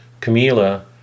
Camilla